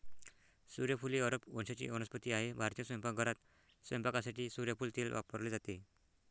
सूर्यफूल ही अरब वंशाची वनस्पती आहे भारतीय स्वयंपाकघरात स्वयंपाकासाठी सूर्यफूल तेल वापरले जाते